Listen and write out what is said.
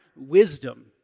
wisdom